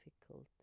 difficult